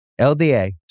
LDA